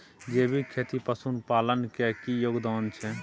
जैविक खेती में पशुपालन के की योगदान छै?